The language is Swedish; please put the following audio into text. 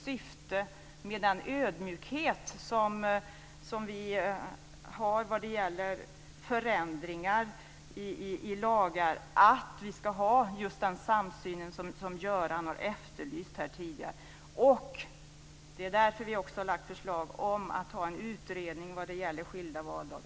Vi har en ödmjukhet vad det gäller förändringar i lagar. Syftet är att vi ska ha den samsyn som Göran Magnusson har efterlyst tidigare. Det är därför vi har lagt förslag om att det ska ske en utredning vad det gäller skilda valdagar.